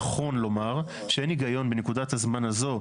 נכון לומר שאין הגיון בנקודת הזמן הזו,